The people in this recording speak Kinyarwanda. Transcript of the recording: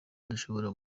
dushobora